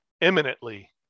eminently